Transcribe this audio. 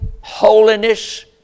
holiness